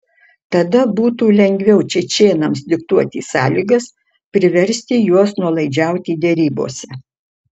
tada būtų lengviau čečėnams diktuoti sąlygas priversti juos nuolaidžiauti derybose